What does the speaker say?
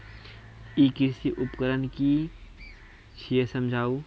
ई कृषि उपकरण कि छियै समझाऊ?